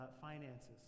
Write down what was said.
finances